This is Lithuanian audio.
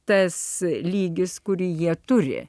tas lygis kurį jie turi